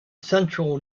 central